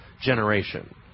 generation